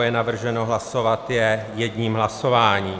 Je navrženo hlasovat je jedním hlasováním.